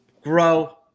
grow